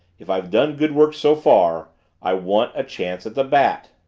if i've done good work so far i want a chance at the bat!